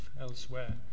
elsewhere